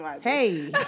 Hey